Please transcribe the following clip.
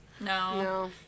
No